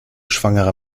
schwangerer